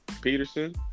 Peterson